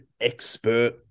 expert